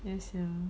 yes sia